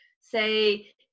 say